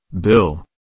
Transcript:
Bill